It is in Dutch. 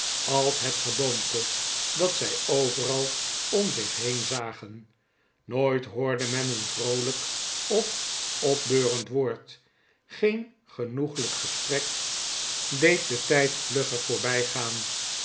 als het geboomte dat zij overal om zich heen zagen nooit hoorde men een vroolijk of opbeurend woord geen genoeglijk gesprek deed maarten chuzzlewit den tijd vlugger